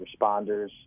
responders